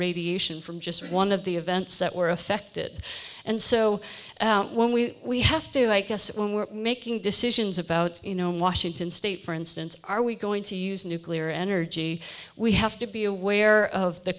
radiation from just one of the events that were affected and so when we we have to i guess when we're making decisions about you know in washington state for instance are we going to use nuclear energy we have to be aware of the